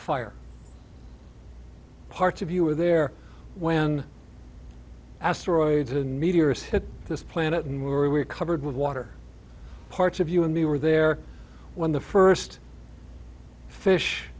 fire parts of you were there when asteroids and meteors hit this planet and we were covered with water parts of you and me were there when the first fish